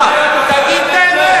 מה, מה, תגיד את האמת.